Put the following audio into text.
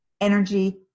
energy